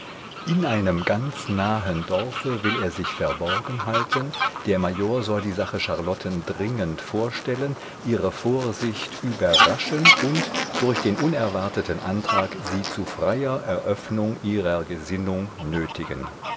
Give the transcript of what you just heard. in einem ganz nahen dorfe will er sich verborgen halten der major soll die sache charlotten dringend vorstellen ihre vorsicht überraschen und durch den unerwarteten antrag sie zu freier eröffnung ihrer gesinnung